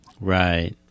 Right